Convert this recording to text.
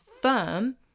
firm